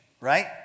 right